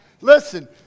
Listen